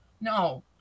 No